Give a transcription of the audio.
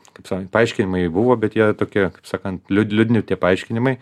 kaip sakant paaiškinimai buvo bet jie tokie kaip sakant liūd liūdni ir tie paaiškinimai